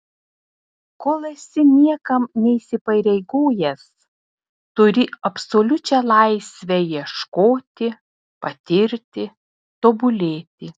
kol esi niekam neįsipareigojęs turi absoliučią laisvę ieškoti patirti tobulėti